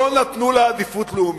לא נתנו לה עדיפות לאומית.